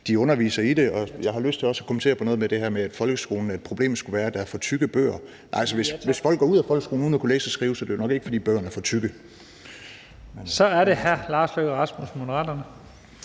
de underviste i det. Og jeg har lyst til også at kommentere på noget af det her med, at folkeskolens problem skulle være, at der er for tykke bøger. Altså, hvis folk går ud af folkeskolen uden at kunne læse og skrive, er det nok ikke, fordi bøgerne er for tykke. Kl. 15:28 Første næstformand